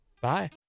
Bye